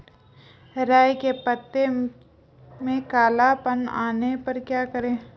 राई के पत्तों में काला पन आने पर क्या करें?